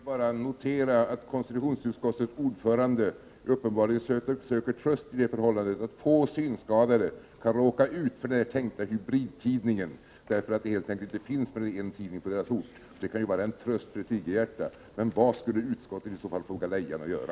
Herr talman! Jag vill bara notera att konstitutionsutskottets ordförande uppenbarligen söker tröst i det förhållandet, att få synskadade kan råka ut för denna tänkta hybridtidning, därför att det helt enkelt inte finns mer än en tidning på deras ort. Det kan ju vara en tröst för ett tigerhjärta, men vad skulle utskottet i så fall på galejan att göra?